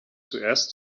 zuerst